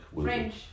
French